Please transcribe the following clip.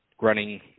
running